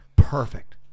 Perfect